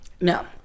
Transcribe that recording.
No